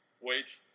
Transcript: wait